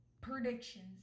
predictions